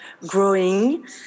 growing